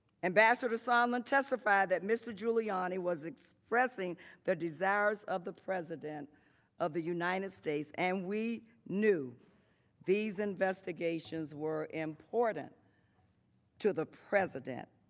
ambassador sondland testified that mr. giuliani was expressing the desires of the president of the united states and we knew these investigations were important to the president.